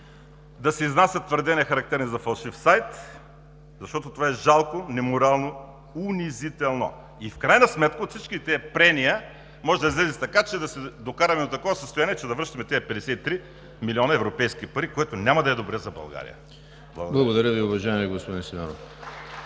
да се изнасят твърдения, характерни за фалшив сайт, защото това е жалко, неморално, уни зи тел-но! В крайна сметка от всичките тези прения може да излезе така, че да се докараме до състояние да връщаме тези 53 милиона европейски пари, което няма да е добре за България. (Ръкопляскания от